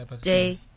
day